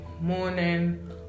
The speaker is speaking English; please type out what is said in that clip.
morning